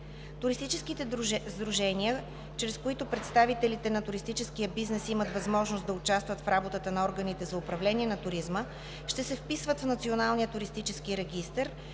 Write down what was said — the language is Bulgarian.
Туристическите сдружения, чрез които представителите на туристическия бизнес имат възможност да участват в работата на органите за управление на туризма, ще се вписват в Националния туристически регистър,